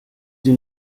sie